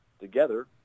together